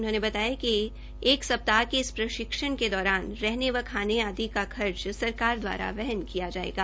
उन्होंने बताया कि एक सप्ताह के इस प्रशिक्षण के दौरान रहने व चाने आदि का खर्ज सरकार द्वारा वहन किया जायेगा